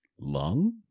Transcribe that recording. lung